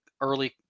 early